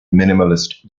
minimalist